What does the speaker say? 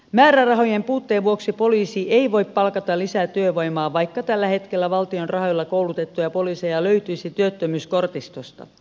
määrärahojen puutteen vuoksi poliisi ei voi palkata lisää työvoimaa vaikka tällä hetkellä valtion rahoilla koulutettuja poliiseja löytyisi työttömyyskortistosta